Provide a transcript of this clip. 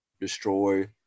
destroy